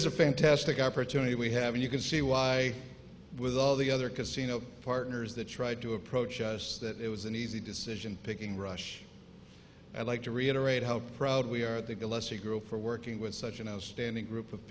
is a fantastic opportunity we have and you can see why with all the other casino partners that tried to approach us that it was an easy decision picking rush i'd like to reiterate how proud we are the gillespie girl for working with such an outstanding group of